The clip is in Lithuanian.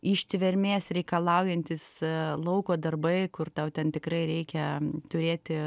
ištvermės reikalaujantys lauko darbai kur tau ten tikrai reikia turėti